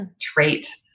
trait